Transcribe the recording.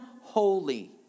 holy